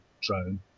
drone